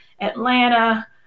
Atlanta